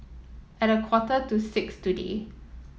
at a quarter to six today